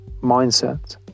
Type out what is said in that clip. mindset